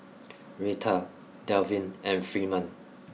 Retta Delvin and Freeman